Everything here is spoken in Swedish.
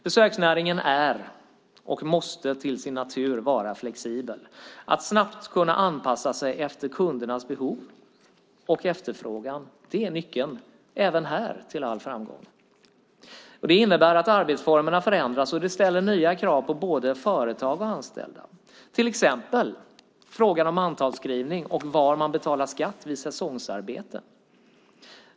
Besöksnäringen är, och måste till sin natur vara, flexibel. Att snabbt kunna anpassa sig efter kundernas behov och efterfrågan är även här nyckeln till all framgång. Det innebär att arbetsformerna förändras, och det ställer nya krav på både företag och anställda. Det gäller till exempel frågan om mantalsskrivning och var man betalar skatt vid säsongsarbete.